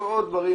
ועוד דברים,